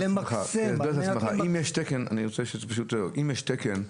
אם יש תקן למכשיר,